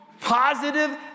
positive